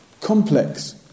complex